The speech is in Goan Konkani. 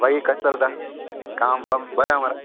भाई कश चलता काम बाम बरें हा मरे